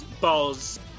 Balls